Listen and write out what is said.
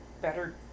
better